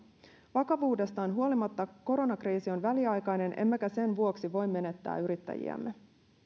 vakavuudestaan huolimatta koronakriisi on väliaikainen emmekä sen vuoksi voi menettää yrittäjiämme